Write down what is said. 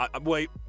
Wait